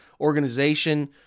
organization